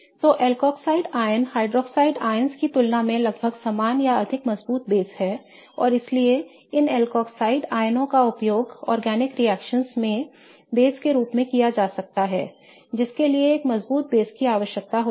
तो alkoxide ion hydroxide आयनों की तुलना में लगभग समान या अधिक मजबूत बेस हैं और इसीलिए इन एल्कोक्साइड आयनों का उपयोग कार्बनिक रिएक्शनओं में आधार के रूप में किया जा सकता है जिनके लिए एक मजबूत बेस की आवश्यकता होती है